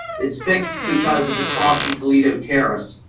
it's fixed because it's across from toledo terrace.